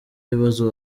ibibazo